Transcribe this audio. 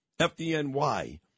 FDNY